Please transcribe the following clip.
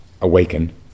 awaken